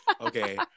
okay